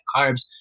carbs